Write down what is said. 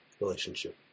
relationship